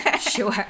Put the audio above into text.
Sure